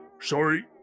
sorry